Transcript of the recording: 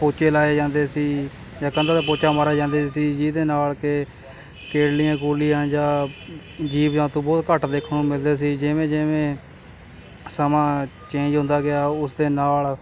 ਪੋਚੇ ਲਾਏ ਜਾਂਦੇ ਸੀ ਜਾਂ ਕੰਧਾਂ 'ਤੇ ਪੋਚਾ ਮਾਰਿਆ ਜਾਂਦਾ ਸੀ ਜਿਹਦੇ ਨਾਲ ਕਿ ਕਿਰਲੀਆਂ ਕੁਰਲੀਆਂ ਜਾਂ ਜੀਵਾਂ ਤੋਂ ਬਹੁਤ ਘੱਟ ਦੇਖਣ ਨੂੰ ਮਿਲਦੇ ਸੀ ਜਿਵੇਂ ਜਿਵੇਂ ਸਮਾਂ ਚੇਂਜ ਹੁੰਦਾ ਗਿਆ ਉਸ ਦੇ ਨਾਲ